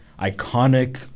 iconic